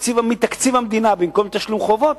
מתקציב המדינה, במקום תשלום חובות,